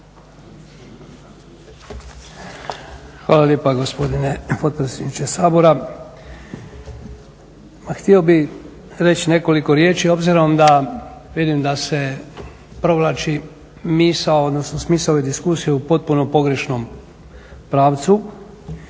Hvala lijepo gospodine potpredsjedniče Sabora. Ma htio bih reći nekoliko riječi obzirom da se provlači misao odnosno smisao je diskusije u potpuno pogrešnom pravcu.